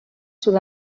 sud